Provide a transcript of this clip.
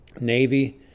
Navy